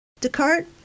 Descartes